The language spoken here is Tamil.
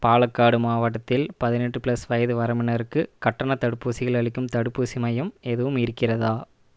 பாலாக்காடு மாவட்டத்தில் பதினெட்டு ப்ளஸ் வயது வரம்பினருக்கு கட்டணத் தடுப்பூசிகள் அளிக்கும் தடுப்பூசி மையம் எதுவும் இருக்கிறதா